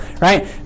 right